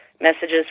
messages